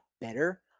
better